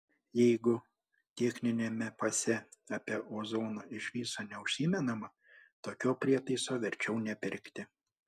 jeigu techniniame pase apie ozoną iš viso neužsimenama tokio prietaiso verčiau nepirkti